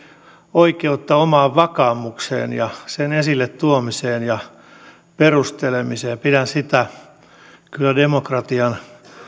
oikeutta omaan vakaumukseen ja sen esille tuomiseen ja perustelemiseen pidän sitä kyllä demokratian